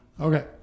Okay